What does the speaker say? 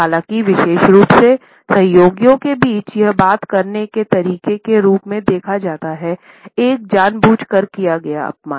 हालांकि विशेष रूप से सहयोगियों के बीच यह बात करने के तरीके के रूप में देखा जाता है एक जानबुजकर किया गया अपमान